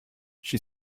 she